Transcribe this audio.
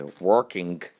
working